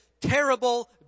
terrible